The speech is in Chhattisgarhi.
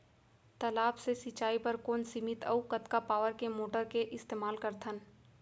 तालाब से सिंचाई बर कोन सीमित अऊ कतका पावर के मोटर के इस्तेमाल करथन?